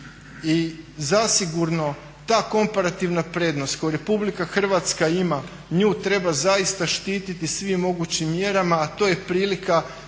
I zasigurno ta komparativna prednost koju Republika Hrvatska ima nju treba zaista štititi svim mogućim mjerama, a to je prilika